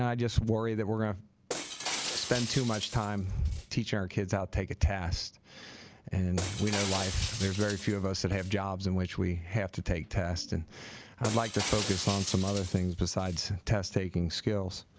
yeah just worry that we're gonna spend too much time teach our kids out take a test and we know life there's very few of us that have jobs in which we have to take tests and i'd like to focus on some other things besides test taking skills